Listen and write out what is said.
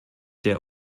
der